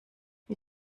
wie